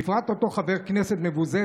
בפרט אותו חבר כנסת מבוזה,